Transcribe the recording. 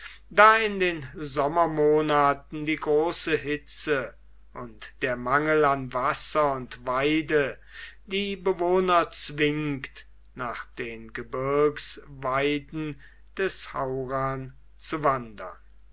in den sommermonaten die große hitze und der mangel an wasser und weide die bewohner zwingt nach den gebirgsweiden des haurn zu wandern